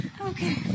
Okay